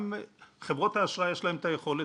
גם חברות האשראי יש להן את היכולת,